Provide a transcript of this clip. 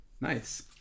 Nice